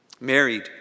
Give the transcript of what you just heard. Married